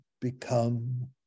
become